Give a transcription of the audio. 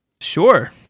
Sure